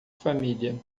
família